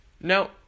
no